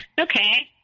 Okay